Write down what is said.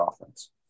offense